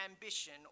ambition